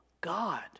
God